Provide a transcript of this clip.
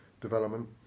development